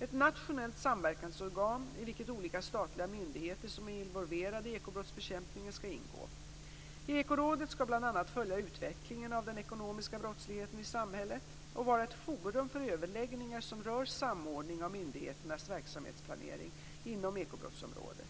ett nationellt samverkansorgan i vilket olika statliga myndigheter som är involverade i ekobrottsbekämpningen skall ingå. Ekorådet skall bl.a. följa utvecklingen av den ekonomiska brottsligheten i samhället och vara ett forum för överläggningar som rör samordning av myndigheternas verksamhetsplanering inom ekobrottsområdet.